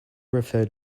referred